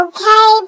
Okay